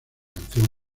canción